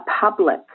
public